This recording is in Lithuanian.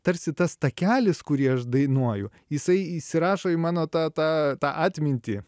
tarsi tas takelis kurį aš dainuoju jisai įsirašo į mano tą tą tą atmintį